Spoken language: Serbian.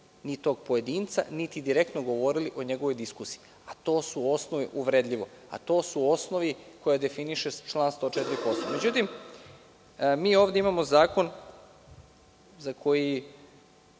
ni tog pojedinca, niti direktno govorili o njegovoj diskusiji uvredljivo, a to su osnovni koje definiše član 104. Poslovnika.Međutim, mi ovde imamo zakon za koji,